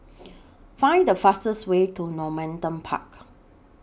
Find The fastest Way to Normanton Park